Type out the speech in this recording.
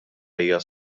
hija